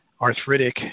arthritic